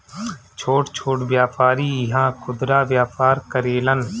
छोट छोट व्यापारी इहा खुदरा व्यापार करेलन